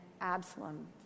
Absalom